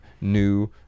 new